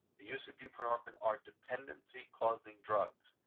the use of buprenorphine are dependency causing drugs.